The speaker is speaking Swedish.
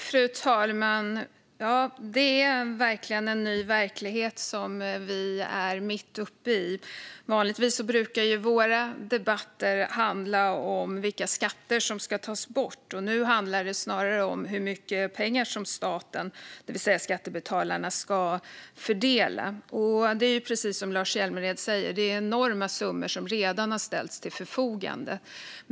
Fru talman! Det är sannerligen en ny verklighet som vi är mitt uppe i. Vanligtvis brukar våra debatter handla om vilka skatter som ska tas bort. Nu handlar det snarare om hur mycket pengar som staten, det vill säga skattebetalarna, ska fördela. Precis som Lars Hjälmered säger har enorma summor redan ställts till förfogande.